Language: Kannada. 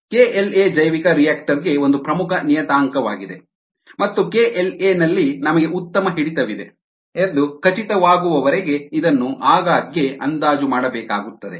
KLa ಜೈವಿಕರಿಯಾಕ್ಟರ್ ಗೆ ಒಂದು ಪ್ರಮುಖ ನಿಯತಾಂಕವಾಗಿದೆ ಮತ್ತು KLa ನಲ್ಲಿ ನಮಗೆ ಉತ್ತಮ ಹಿಡಿತವಿದೆ ಎಂದು ಖಚಿತವಾಗುವವರೆಗೆ ಇದನ್ನು ಆಗಾಗ್ಗೆ ಅಂದಾಜು ಮಾಡಬೇಕಾಗುತ್ತದೆ